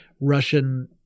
Russian